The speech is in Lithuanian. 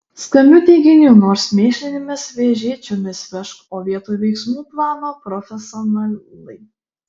skambių teiginių nors mėšlinėmis vežėčiomis vežk o vietoj veiksmų plano profesionalai